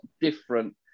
different